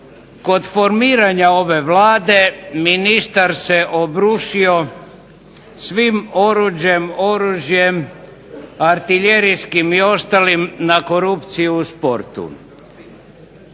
Kod formiranja ove Vlada ministar se obrušio svim oruđem i oružjem artiljerijskim i ostalim na korupciju u sportu.